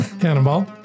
Cannonball